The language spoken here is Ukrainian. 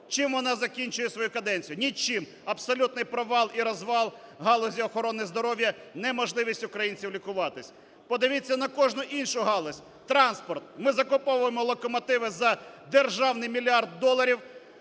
чим вона закінчує свою каденцію: нічим! Абсолютний провал і розвал галузі охорони здоров'я, неможливість українців лікуватися. Подивіться на кожну іншу галузь: транспорт – ми закуповуємо локомотиви за державний мільярд доларів